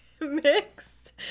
mixed